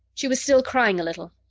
she was still crying a little.